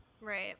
Right